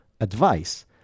advice